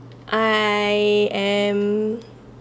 I am